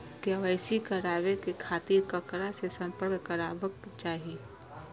KYC कराबे के खातिर ककरा से संपर्क करबाक चाही?